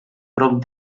prop